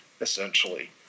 essentially